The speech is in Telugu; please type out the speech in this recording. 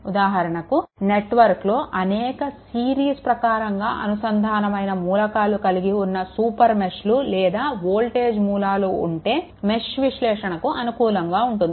ఉదాహరణకు నెట్వర్క్లో అనేక సిరీస్ ప్రకారంగా అనుసంధామైన మూలకాలు కలిగి ఉన్న సూపర్ మెష్లు లేదా వోల్టేజ్ మూలాలు ఉంటే మెష్ విశ్లేషణకు అనుకూలంగా ఉంటుంది